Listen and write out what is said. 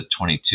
22